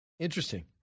Interesting